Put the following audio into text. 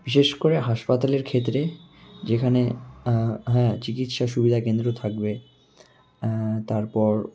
বিশেষ করে হাসপাতালের ক্ষেত্রে যেখানে হ্যাঁ চিকিৎসা সুবিধা কেন্দ্র থাকবে তারপর